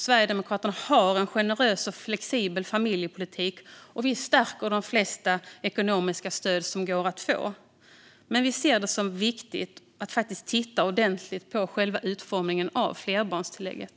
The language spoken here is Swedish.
Sverigedemokraterna har en generös och flexibel familjepolitik och stärker de flesta ekonomiska stöd som går att få. Vi ser det dock som viktigt att faktiskt titta ordentligt på själva utformningen av flerbarnstillägget.